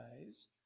days